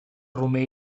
romer